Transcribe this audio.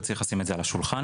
וצריך לשים את זה על השולחן,